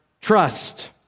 trust